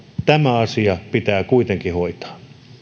tämä asia pitää kuitenkin hoitaa